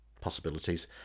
possibilities